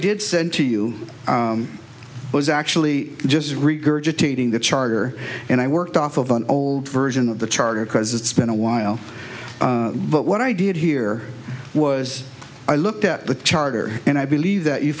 did send to you was actually just regurgitating the charter and i worked off of an old version of the charter because it's been a while but what i did here was i looked at the charter and i believe that you